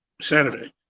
Saturday